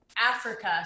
africa